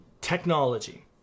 technology